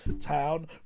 town